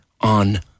on